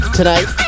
tonight